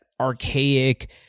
archaic